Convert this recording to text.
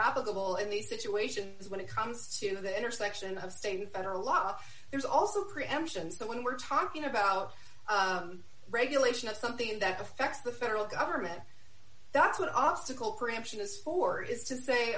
applicable in these situations when it comes to the intersection of state federal law there's also preemption so when we're talking about regulation of something that affects the federal government that's what obstacle preemption is for is to say